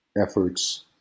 efforts